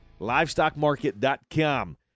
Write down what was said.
LivestockMarket.com